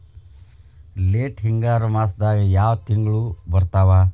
Late ಹಿಂಗಾರು ಮಾಸದಾಗ ಯಾವ್ ತಿಂಗ್ಳು ಬರ್ತಾವು?